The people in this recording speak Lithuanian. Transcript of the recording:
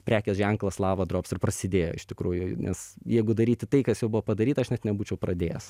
prekės ženklas lava drops ir prasidėjo iš tikrųjų nes jeigu daryti tai kas jau buvo padaryta aš net nebūčiau pradėjęs